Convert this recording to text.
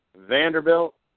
Vanderbilt